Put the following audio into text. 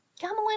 gamelin